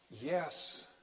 yes